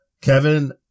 Kevin